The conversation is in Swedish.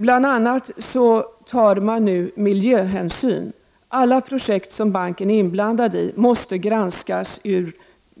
Bl.a. tar man nu miljöhänsyn. Alla projekt som banken är inblandad i måste granskas med hänsyn till